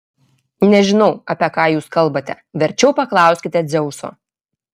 nežinau apie ką jūs kalbate verčiau paklauskite dzeuso